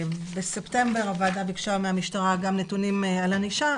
בספטמבר הוועדה ביקשה מהמשטרה נתונים על ענישה,